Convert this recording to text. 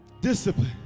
Discipline